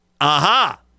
Aha